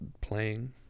playing